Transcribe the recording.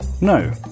No